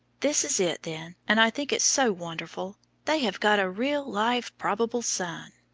this is it, then, and i think it's so wonderful. they have got a real live probable son.